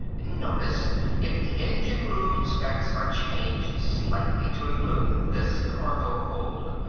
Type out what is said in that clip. notice if the engine room specs are changed slightly to include this cargo hold,